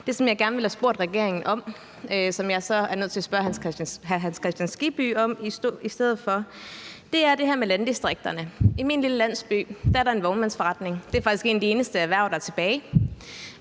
Det, som jeg gerne ville have spurgt regeringen om, og som jeg så i stedet for er nødt til at spørge hr. Hans Kristian Skibby om, er det her med landdistrikterne. I min lille landsby er der en vognmandsforretning. Det er faktisk et af de eneste erhverv, der er tilbage